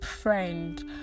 friend